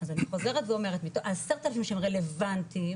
אז אני חוזרת ואומרת 10,000 שהם רלבנטיים